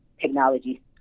technology